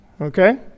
okay